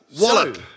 Wallop